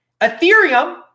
Ethereum